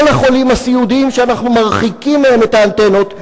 כל החולים הסיעודיים שאנחנו מרחיקים מהם את האנטנות,